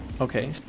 okay